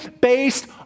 based